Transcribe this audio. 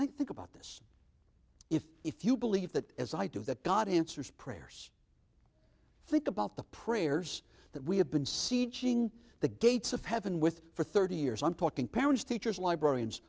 like think about this if if you believe that as i do that god answers prayers think about the prayers that we have been sieging the gates of heaven with for thirty years i'm talking parents teachers librarians